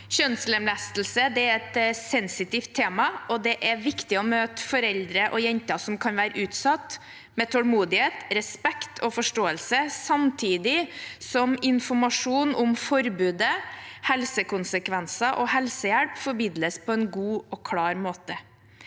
Kjønnslemlestelse er et sensitivt tema, og det er viktig å møte foreldre og jenter som kan være utsatt for det, med tålmodighet, respekt og forståelse – samtidig som informasjon om forbudet, helsekonsekvenser og helsehjelp formidles på en god og klar måte.